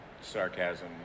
sarcasm